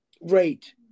Right